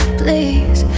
please